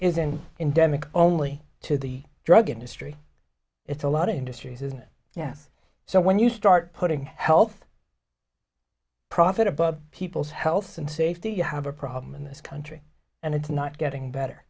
demick only to the drug industry it's a lot of industries isn't it yes so when you start putting health profit above people's health and safety you have a problem in this country and it's not getting better